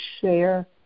share